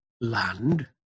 land